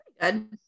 Good